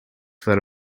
for